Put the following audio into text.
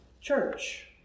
church